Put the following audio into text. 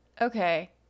Okay